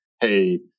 hey